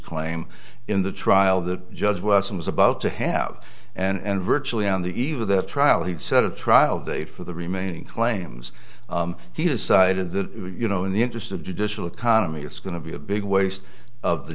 claim in the trial the judge wesson was about to have and virtually on the eve of the trial he set a trial date for the remaining claims he decided that you know in the interest of judicial economy it's going to be a big waste of the